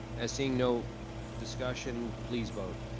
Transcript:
as seeing no discussion, please vote.